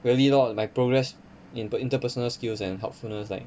really lor my progress in interpersonal skills and helpfulness like